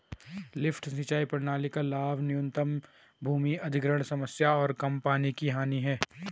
lift सिंचाई प्रणाली का लाभ न्यूनतम भूमि अधिग्रहण समस्या और कम पानी की हानि है